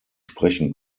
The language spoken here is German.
sprechen